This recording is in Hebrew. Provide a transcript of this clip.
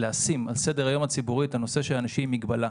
ולשים על סדר-היום הציבורי של אנשים עם מגבלות.